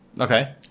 Okay